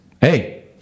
Hey